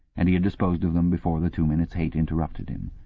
and he had disposed of them before the two minutes hate interrupted him.